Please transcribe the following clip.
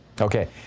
okay